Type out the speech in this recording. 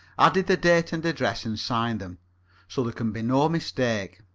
added the date and address, and signed them so there can be no mistake.